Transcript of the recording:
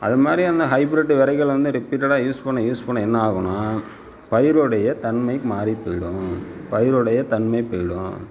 அது மாதிரி அந்த ஹைபிரிட்டு வெதைகள் வந்து ரிப்பீட்டடாக யூஸ் பண்ண யூஸ் பண்ண என்ன ஆகுன்னால் பயிருடைய தன்மை மாறிப் போய்விடும் பயிருடைய தன்மை போய்விடும்